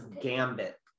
Gambit